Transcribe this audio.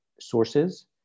sources